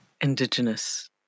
indigenous